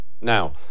Now